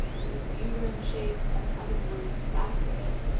with its uterine shape and having the word sac in it,